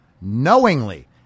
knowingly